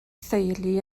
theulu